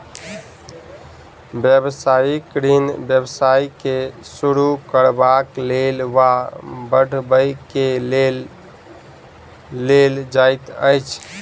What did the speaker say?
व्यवसायिक ऋण व्यवसाय के शुरू करबाक लेल वा बढ़बय के लेल लेल जाइत अछि